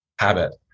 habit